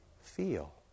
feel